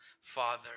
Father